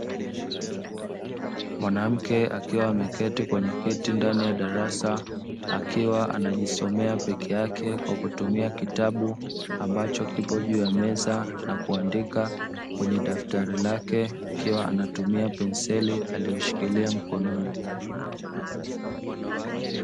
Mwanamke akiwa ameketi kwenye kiti ndani ya darasa akiwa anajisomea peke yake kwa kutumia kitabu, ambacho kipo juu ya meza na kuandika kwenye daftari lake akiwa anatumia penseli aliyoshikilia mkononi.